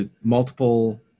multiple